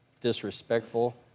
disrespectful